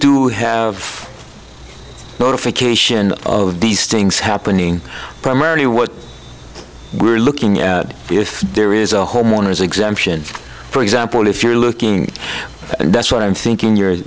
do have notification of these things happening primarily what we're looking at if there is a homeowner's exemption for example if you're looking and that's what i'm thinking you're